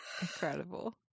Incredible